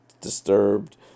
disturbed